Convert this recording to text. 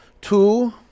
Two